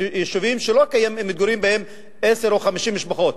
יישובים שמתגוררות בהם עשר או 50 משפחות,